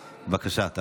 בבקשה.